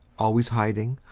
always hiding,